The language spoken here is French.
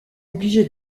obligé